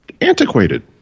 antiquated